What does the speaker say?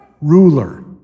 ruler